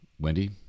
Wendy